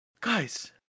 Guys